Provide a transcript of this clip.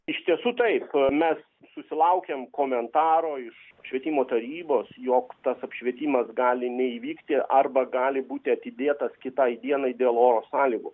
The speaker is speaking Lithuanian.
iš tiesų taip mes susilaukėm komentaro iš švietimo tarybos jog tas apšvietimas gali neįvykti arba gali būti atidėtas kitai dienai dėl oro sąlygų